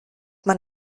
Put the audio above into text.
man